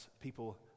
people